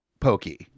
Pokey